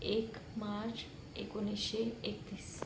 एक मार्च एकोणीसशे एकतीस